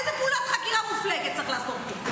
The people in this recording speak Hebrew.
איזו פעולת חקירה מופלגת צריך לעשות פה?